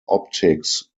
optics